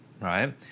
right